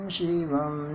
Shivam